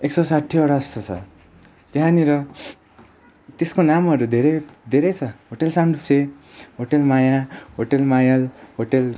एक सौ साठीवटा जस्तो छ त्यहाँनिर त्यसको नामहरू धेरै धेरै छ होटल सानडुप्छे होटल माया होटल मायल होटल